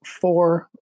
four